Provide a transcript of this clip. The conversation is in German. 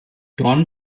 dorn